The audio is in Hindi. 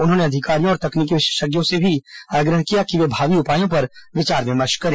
उन्होंने अधिकारियों और तकनीकी विशेषज्ञों से भी आग्रह किया कि वे भावी उपायों पर विचार विमर्श करें